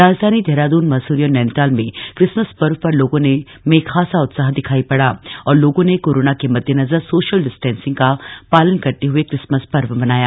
राजधानी देहरादून मसूरी और नैनीताल में क्रिसमस पर्व पर लोगों में खासा उत्साह दिखायी पड़ा और लोगों ने कोरोना के मद्देनजर सोशल डिस्टेंसिग का पालन करते हुए किक्रसमस पर्व मनाया